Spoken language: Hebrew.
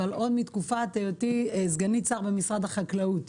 אבל עוד מתקופת היותי סגנית שר במשרד החקלאות,